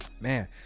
man